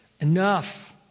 Enough